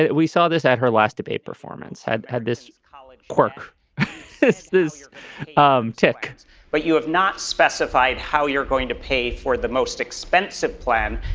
we saw this at her last debate performance had had this college cork this this um tick but you have not specified how you're going to pay for it the most expensive plan.